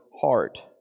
heart